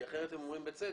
אחרת, הם אומרים בצדק: